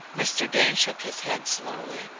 mr. dane shook his head slowly.